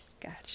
Gotcha